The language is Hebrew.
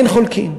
אין חולקים.